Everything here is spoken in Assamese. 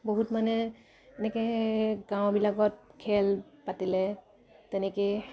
বহুত মানে এনেকে গাঁওবিলাকত খেল পাতিলে তেনেকেই